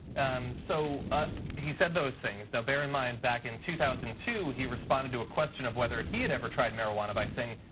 and so ah he said those things. now bear in mind back in two thousand and two, he responded to a question of whether he had ever tried marijuana by saying,